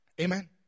Amen